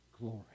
glory